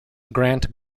grant